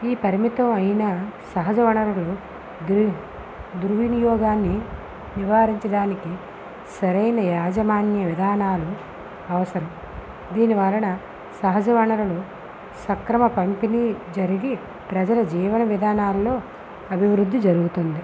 ఈ పరిమితమైన సహజ వనరులు దుర్ దుర్వినియోగాన్ని నివారించడానికి సరైన యాజమాన్య విధానాలు అవసరం దీనివలన సహజ వనరులు సక్రమ పంపిణీ జరిగి ప్రజల జీవన విధానాల్లో అభివృద్ధి జరుగుతుంది